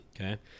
Okay